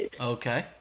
Okay